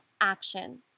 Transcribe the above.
action